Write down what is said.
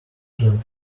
than